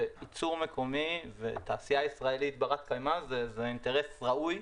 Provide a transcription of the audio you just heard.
שייצור מקומי ותעשייה ישראלית ברת קיימא זה אינטרס ראוי.